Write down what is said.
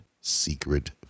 secret